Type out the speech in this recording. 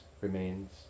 remains